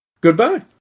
Goodbye